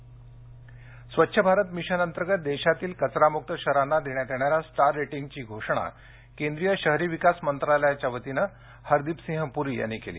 स्वच्छ Bharat mission Navi Mumbai Swachh Bharat mission अंतर्गत देशातील कचरामुक्त शहरांना देण्यात येणाऱ्या स्टार रेटिंगची घोषणा केंद्रीय शहरी विकास मंत्रालयाच्या वतीने हरदिपसिंह पूरी यांनी केली